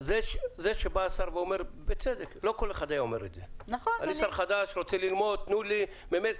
הוא אמר שהוא שר חדש ורוצה ללמוד את הנושא.